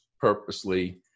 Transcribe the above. purposely